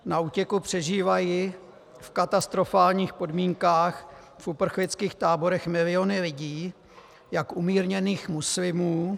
Na útěku přežívají v katastrofálních podmínkách v uprchlických táborech miliony lidí, jak umírněných muslimů...